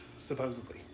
supposedly